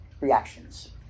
reactions